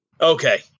Okay